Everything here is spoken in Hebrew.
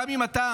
גם אם אתה,